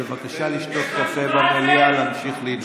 בבקשה לשתות קפה במליאה ולהמשיך להתווכח.